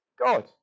God